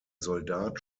soldat